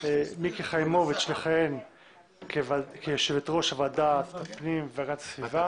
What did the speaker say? מיקי חיימוביץ' לכהן כיושבת-ראש ועדת הפנים והגנת הסביבה,